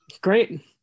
Great